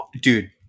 Dude